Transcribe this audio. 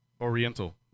Oriental